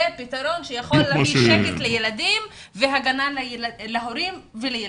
זה הפתרון שיכול להביא הגנה על הילדים ושקט להורים.